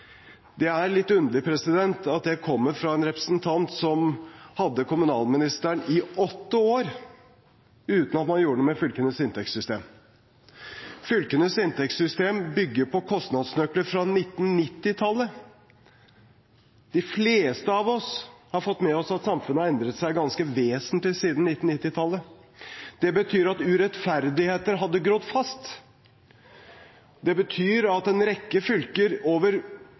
Det er litt underlig at det kommer fra en representant fra et parti som hadde kommunalministeren i åtte år, uten at man gjorde noe med fylkenes inntektssystem. Fylkenes inntektssystem bygger på kostnadsnøkkelen fra 1990-tallet. De fleste av oss har fått med oss at samfunnet har endret seg ganske vesentlig siden 1990-tallet. Det betyr at urettferdigheter hadde grodd fast. Det betyr at en rekke fylker over